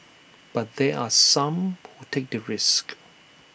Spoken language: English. but there are some who take the risk